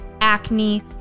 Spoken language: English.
acne